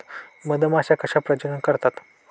मधमाश्या कशा प्रजनन करतात?